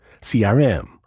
CRM